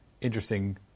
interesting